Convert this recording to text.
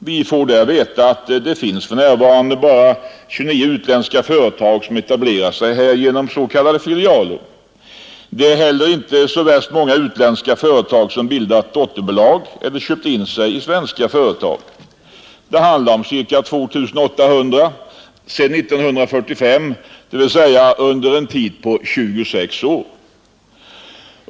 Vi får där veta att det för närvarande bara finns 29 utländska företag som etablerat sig här genom s.k. filialer. Det är inte heller så värst många utländska företag som har bildat dotterbolag eller köpt in sig i svenska företag — det rör sig om ca 2 800 sedan 1945, dvs. under en tid av 26 år.